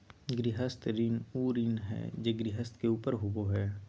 गृहस्थ ऋण उ ऋण हइ जे गृहस्थ के ऊपर होबो हइ